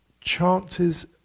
chances